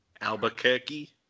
Albuquerque